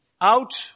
Out